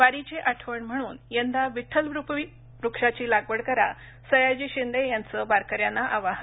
वारीची आठवण म्हणून यंदा विठ्ठलरुपी वृक्षाची लागवड करा सयाजी शिंदे यांचं वारकऱ्यांना आवाहन